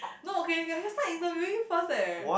no okay okay I can start interviewing first eh